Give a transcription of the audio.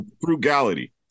Frugality